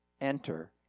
enter